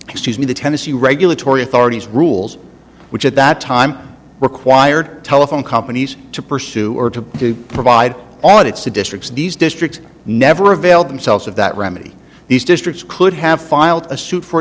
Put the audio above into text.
excuse me the tennessee regulatory authorities rules which at that time required telephone companies to pursue or to to provide audits to districts these districts never availed themselves of that remedy these districts could have filed a suit for